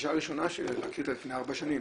בפגישה הראשונה לפני ארבע שנים,